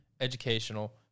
educational